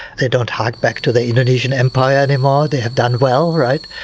they don't hark back to the indonesian empire anymore, they have done well, right?